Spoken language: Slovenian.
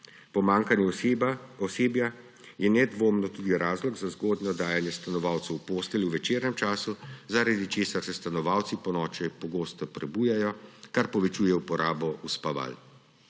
Pomanjkanje osebja je nedvomno tudi razlog za zgodnje dajanje stanovalcev v postelje v večernem času, zaradi česar se stanovalci ponoči pogosto prebujajo, kar povečuje uporabo uspaval.